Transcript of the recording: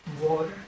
water